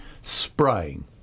spraying